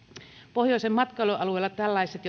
pohjoisen matkailualueella tällaiset